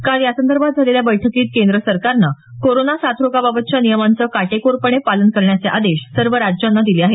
काल यासंदर्भात झालेल्या बैठकीत केंद्र सरकारनं कोरोना साथरोगाबाबतच्या नियमांचं काटेकोरपणे पालन करण्याचे आदेश सर्व राज्यांना दिले आहेत